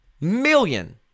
million